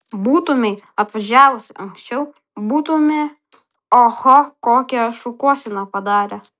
būtumei atvažiavusi anksčiau būtumėme oho kokią šukuoseną padarę